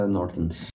Norton's